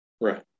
Right